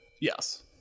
Yes